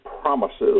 promises